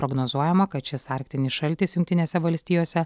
prognozuojama kad šis arktinis šaltis jungtinėse valstijose